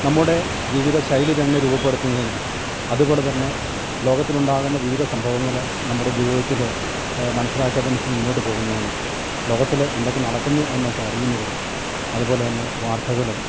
നമ്മുടെ ജീവിത ശൈലി തന്നെ രൂപപ്പെടുത്തുന്നതിനും അതുപോലെ തന്നെ ലോകത്തിലുണ്ടാകുന്ന വിവിധ സംഭവങ്ങളെ നമ്മുടെ ജീവിതത്തില് മനസ്സിലാക്കി അതനുസരിച്ച് മുന്നോട്ട് പോകുന്നതിനും ലോകത്തില് എന്തൊക്കെ നടക്കുന്നു എന്നൊക്കെ അറിയുന്നതും അതുപോലെ തന്നെ വാർത്തകളും